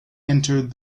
entered